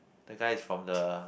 the guy is from the